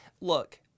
Look